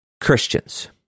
Christians